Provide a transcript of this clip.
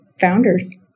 founders